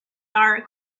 are